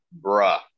Bruh